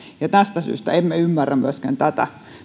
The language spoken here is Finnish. tästä syystä emme ymmärrä myöskään tätä